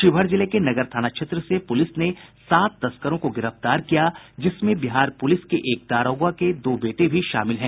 शिवहर जिले के नगर थाना क्षेत्र से पूलिस ने सात तस्करों को गिरफ्तार किया जिसमें बिहार पूलिस के एक दारोगा के दो बेटे भी शामिल हैं